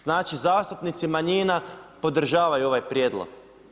Znači zastupnici manjina podržavaju ovaj prijedlog.